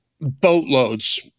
boatloads